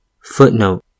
Footnote